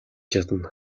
чадна